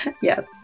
Yes